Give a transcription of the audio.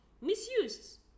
misused